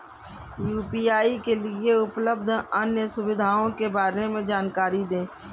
UPI के लिए उपलब्ध अन्य सुविधाओं के बारे में जानकारी दें?